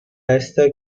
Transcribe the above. resta